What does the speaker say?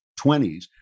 20s